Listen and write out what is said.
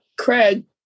Craig